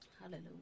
hallelujah